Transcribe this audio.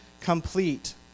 complete